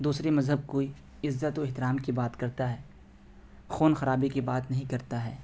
دوسری مذہب کوئی عزت و احترام کی بات کرتا ہے خون خرابے کی بات نہیں کرتا ہے